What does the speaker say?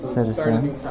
Citizens